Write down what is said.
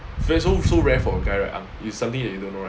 so~ so rare for a guy right ang something you don't know right